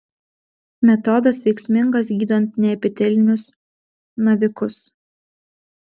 metodas veiksmingas gydant neepitelinius navikus